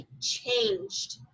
changed